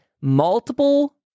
Multiple